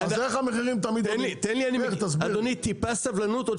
טיפה סבלנות,